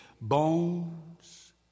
bones